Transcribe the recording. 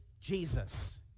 Jesus